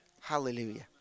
Hallelujah